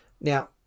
Now